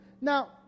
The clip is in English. now